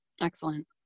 excellent